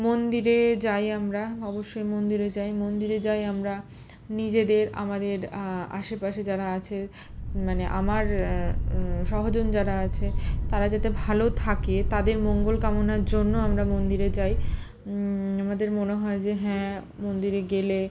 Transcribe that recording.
মন্দিরে যাই আমরা অবশ্যই মন্দিরে যাই মন্দিরে যাই আমরা নিজেদের আমাদের আশেপাশে যারা আছে মানে আমার সহজন যারা আছে তারা যাতে ভালো থাকে তাদের মঙ্গল কামনার জন্য আমরা মন্দিরে যাই আমাদের মনে হয় যে হ্যাঁ মন্দিরে গেলে